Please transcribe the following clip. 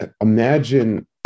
Imagine